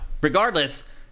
Regardless